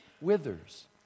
withers